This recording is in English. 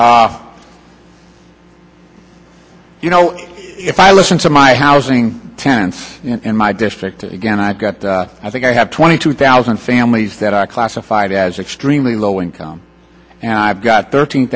you know if i listen to my housing tenants in my district again i've got i think i have twenty two thousand families that are classified as extremely low income and i've got thirteen